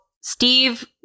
Steve